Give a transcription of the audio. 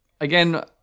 again